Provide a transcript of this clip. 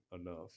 enough